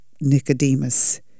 Nicodemus